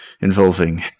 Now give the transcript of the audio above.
involving